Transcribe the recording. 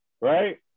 Right